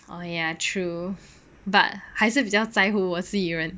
oh ya true but 还是比较在乎我自己人